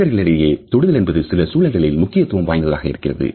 மனிதர்களிடையே தொடுதல் என்பது சில சூழல்களில் முக்கியத்துவம் வாய்ந்ததாக இருக்கிறது